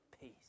peace